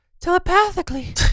telepathically